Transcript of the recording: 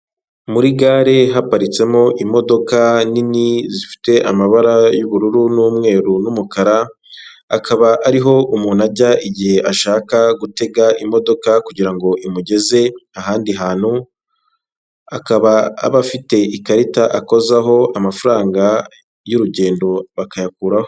Muri gare haparitsemo imodoka nini zifite amabara y'ubururu n'umweru n'umukara, akaba ariho umuntu ajya igihe ashaka gutega imodoka kugira ngo imugeze ahandi hantu, akaba aba afite ikarita akozaho amafaranga y'urugendo bakayakuraho.